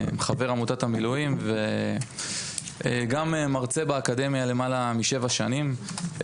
חבר עמותת המילואים וגם מרצה באקדמיה למעלה משבע שנים.